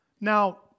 Now